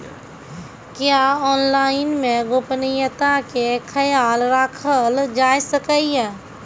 क्या ऑनलाइन मे गोपनियता के खयाल राखल जाय सकै ये?